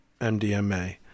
MDMA